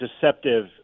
deceptive